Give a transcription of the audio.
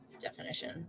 definition